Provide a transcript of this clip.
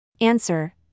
Answer